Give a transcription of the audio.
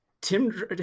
Tim